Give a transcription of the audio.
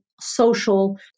social